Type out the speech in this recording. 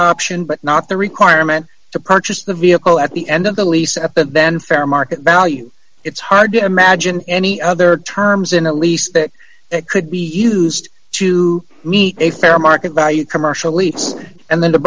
option but not the requirement to purchase the vehicle at the end of the lease at that then fair market value it's hard to imagine any other terms in a lease that could be used to meet a fair market value commercially and then the